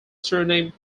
surname